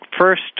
first